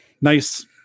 nice